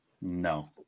No